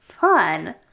fun